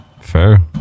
Fair